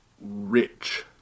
rich